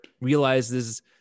realizes